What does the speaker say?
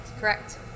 Correct